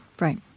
right